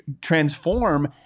transform